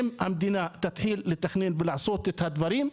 אם המדינה תתחיל לתכנן ולעשות את הדברים,